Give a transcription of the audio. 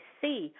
see